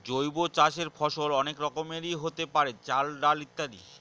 জৈব চাষের ফসল অনেক রকমেরই হতে পারে, চাল, ডাল ইত্যাদি